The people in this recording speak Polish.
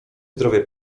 zdrowie